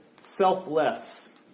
selfless